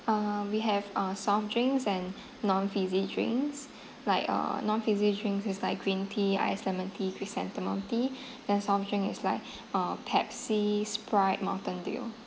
uh we have uh soft drinks and non fizzy drinks like uh non fizzy drinks is like green tea iced lemon tea chrysanthemum tea then soft drink is like uh pepsi sprite mountain dew